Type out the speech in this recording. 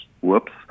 Whoops